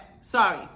Sorry